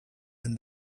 and